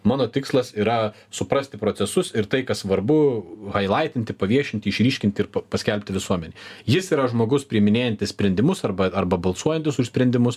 mano tikslas yra suprasti procesus ir tai kas svarbu hailaitinti paviešinti išryškinti ir paskelbti visuomenei jis yra žmogus priiminėjantis sprendimus arba arba balsuojantis už sprendimus